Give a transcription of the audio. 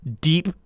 deep